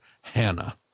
Hannah